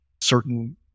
certain